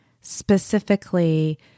specifically